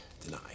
deny